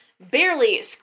barely